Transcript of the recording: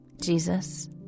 Jesus